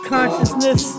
Consciousness